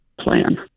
plan